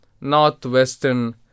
northwestern